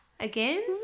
Again